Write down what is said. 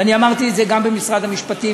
ואמרתי את זה גם במשרד המשפטים,